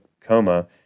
coma